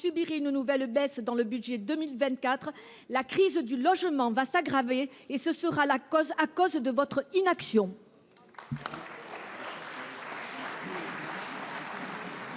subirait une nouvelle baisse dans le budget 2024. La crise du logement s'aggravera, et ce sera à cause de votre inaction